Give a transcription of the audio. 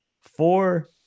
Four